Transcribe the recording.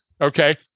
Okay